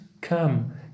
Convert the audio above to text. come